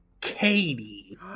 Katie